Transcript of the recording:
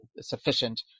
sufficient